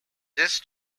this